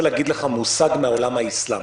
אז אני רוצה להגיד לך מושג מהעולם האיסאלמי,